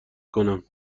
کنم